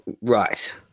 Right